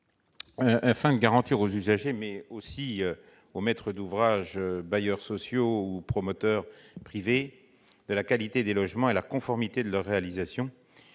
Afin de garantir aux usagers, mais aussi aux maîtres d'ouvrage, bailleurs sociaux ou promoteurs privés, la qualité des logements et la conformité de leur réalisation,